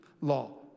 law